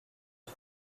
not